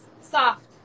soft